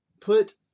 put